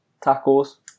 tackles